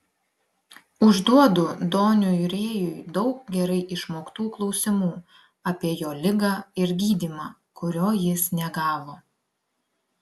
užduodu doniui rėjui daug gerai išmoktų klausimų apie jo ligą ir gydymą kurio jis negavo